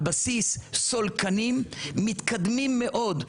על בסיס סולקנים מתקדמים מאוד.